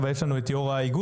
אבל נמצא כאן יו"ר האיגוד.